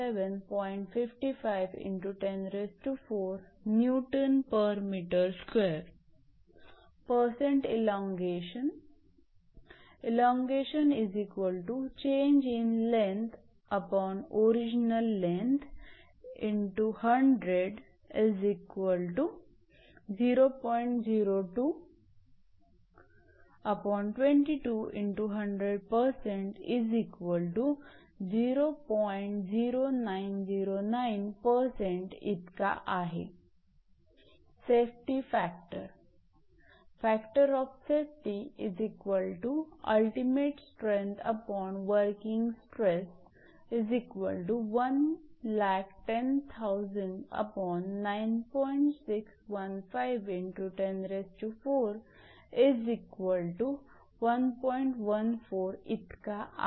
safety factor इतका आहे